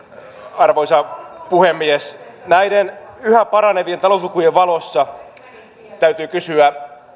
arvoisa puhemies näiden yhä paranevien talouslukujen valossa täytyy kysyä